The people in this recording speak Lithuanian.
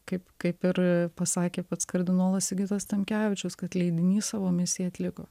kaip kaip ir pasakė pats kardinolas sigitas tamkevičius kad leidinys savo misiją atliko